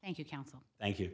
thank you counsel thank you